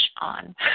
on